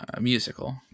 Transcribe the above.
musical